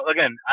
Again